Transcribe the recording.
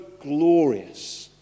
glorious